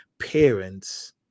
parents